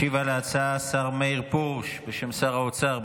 ישיב על ההצעה השר מאיר פרוש, בשם שר האוצר.